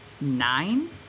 nine